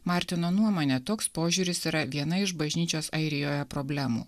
martino nuomone toks požiūris yra viena iš bažnyčios airijoje problemų